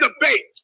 debate